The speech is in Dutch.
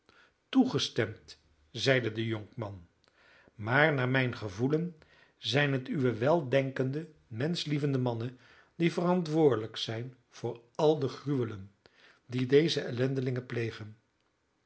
toegestemd zeide de jonkman maar naar mijn gevoelen zijn het uwe weldenkende menschlievende mannen die verantwoordelijk zijn voor al de gruwelen die deze ellendigen plegen